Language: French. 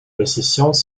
possessions